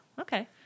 Okay